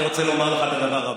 אני רוצה לומר לך את הדבר הבא: